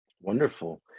Wonderful